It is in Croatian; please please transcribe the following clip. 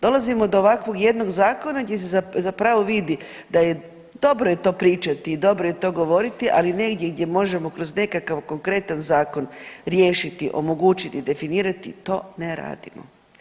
Dolazimo do ovakvog jednog zakona gdje se zapravo vidi da je, dobro je to pričati i dobro je to govoriti, ali negdje gdje možemo kroz nekakav konkretna zakon riješiti, omogućiti i definirati to ne radimo.